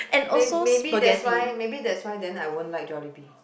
maybe that's why maybe that's why then I won't like Jollibee